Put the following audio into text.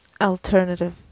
alternative